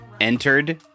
entered